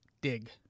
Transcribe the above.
dig